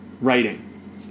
writing